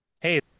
Hey